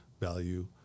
value